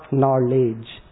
knowledge